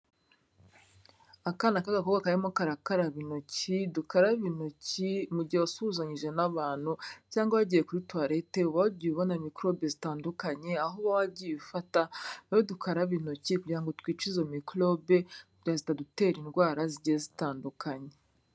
Akana k'agakobwa karimo karakaraba intoki, dukaraba intoki mu gihe wasuhuzanyije n'abantu cyangwa wagiye kuri towalete uba wagiye ubona mikorobe zitandukanye, aho uba wagiye ufata, rero dukaraba intoki kugira ngo twice izo mikorobe kugira zitadutera indwara zigiye zitandukanye.